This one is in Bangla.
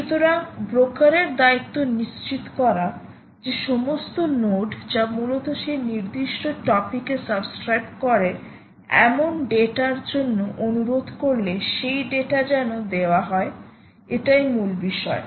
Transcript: সুতরাং ব্রোকারের দায়িত্ব নিশ্চিত করা যে সমস্ত নোড যা মূলত সেই নির্দিষ্ট টপিক এ সাবস্ক্রাইব করে এমন ডেটার জন্য অনুরোধ করলে সেই ডেটা যেন দেওয়া হয়ে এটাই মূল বিষয়